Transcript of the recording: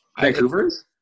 Vancouver's